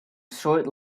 short